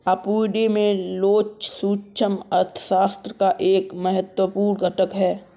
आपूर्ति में लोच सूक्ष्म अर्थशास्त्र का एक महत्वपूर्ण घटक है